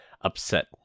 upset